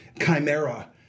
chimera